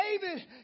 David